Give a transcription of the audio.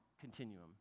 continuum